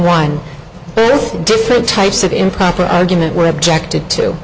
one different types of improper argument were objected to